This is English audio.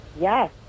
Yes